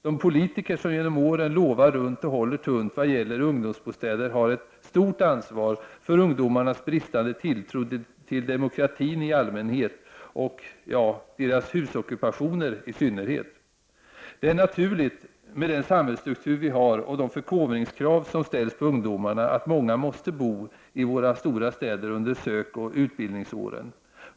De politiker som genom åren lovar runt och håller tunt i vad gäller ungdomsbostäder har ett stort ansvar för ungdomarnas bristande tilltro till demokratin i allmänhet och till deras husockupationer i synnerhet. Det är naturligt, med den samhällsstruktur vi har och de förkovringskrav som ställs på ungdomarna, att många måste bo i våra stora städer under sökoch utbildningsåren.